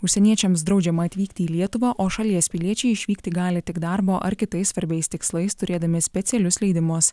užsieniečiams draudžiama atvykti į lietuvą o šalies piliečiai išvykti gali tik darbo ar kitais svarbiais tikslais turėdami specialius leidimus